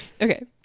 Okay